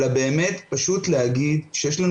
מבחינתי, המיזם